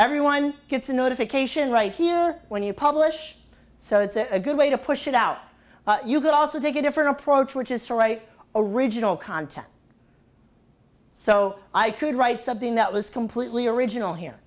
everyone gets a notification right here when you publish so it's a good way to push it out you could also take a different approach which is story original content so i could write something that was completely original here